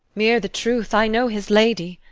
mere the truth i know his lady.